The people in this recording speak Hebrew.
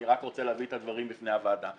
אני רק רוצה להביא את הדברים בפני הוועדה.